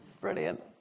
brilliant